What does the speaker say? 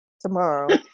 Tomorrow